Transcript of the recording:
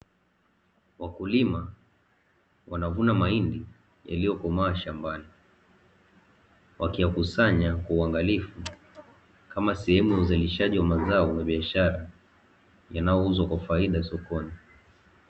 Wakulima wanavuna mahindi yaliyokomaa shambani, wakiyakusanya kwa uangalifu kama sehemu ya uzalishaji wa mazao ya biashara yanayouzwa kwa faida sokoni.